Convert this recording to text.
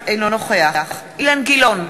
אינו נוכח אילן גילאון,